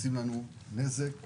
זה עושה לנו נזק ורעש,